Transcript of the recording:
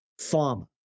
pharma